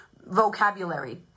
vocabulary